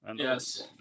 Yes